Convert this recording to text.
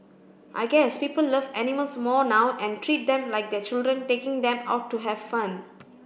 I guess people love animals more now and treat them like their children taking them out to have fun